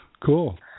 cool